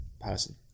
person